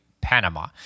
Panama